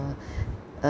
a